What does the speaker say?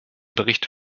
bericht